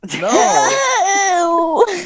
No